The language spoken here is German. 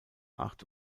acht